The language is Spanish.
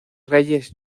reyes